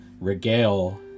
regale